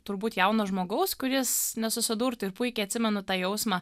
turbūt jauno žmogaus kuris nesusidurtų ir puikiai atsimenu tą jausmą